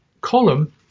column